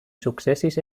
sukcesis